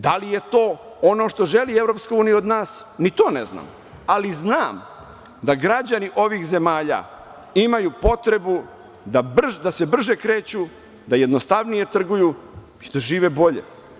Da li je to ono što želi EU od nas, ni to ne znam, ali znam da građani ovih zemalja imaju potrebu da se brže kreću, da jednostavnije trguju i da žive bolje.